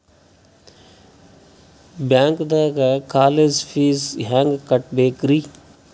ಬ್ಯಾಂಕ್ದಾಗ college fees ಹೆಂಗ್ ಕಟ್ಟ್ಬೇಕ್ರಿ?